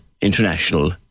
International